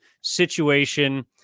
situation